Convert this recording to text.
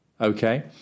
Okay